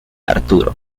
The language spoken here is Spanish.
arturo